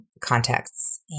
contexts